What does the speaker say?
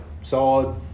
solid